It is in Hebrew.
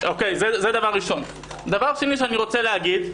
דבר שני שאני רוצה להגיד,